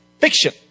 fiction